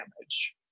damage